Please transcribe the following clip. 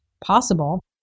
possible